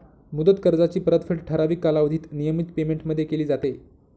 मुदत कर्जाची परतफेड ठराविक कालावधीत नियमित पेमेंटमध्ये केली जाते